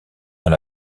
dans